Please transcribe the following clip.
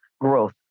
growth